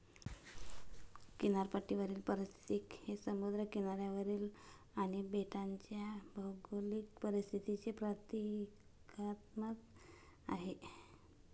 किनारपट्टीवरील पारिस्थितिकी हे समुद्र किनाऱ्यावरील आणि बेटांच्या भौगोलिक परिस्थितीचे प्रतीकात्मक आहे